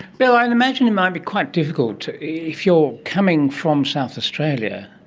bill, i'd imagine it might be quite difficult if you are coming from south australia,